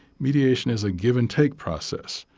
mediation is a give and take process.